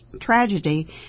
tragedy